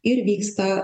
ir vyksta